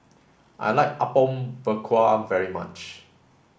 I like Apom Berkuah very much